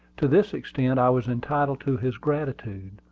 to this extent i was entitled to his gratitude,